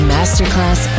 Masterclass